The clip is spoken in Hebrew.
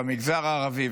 הערבי,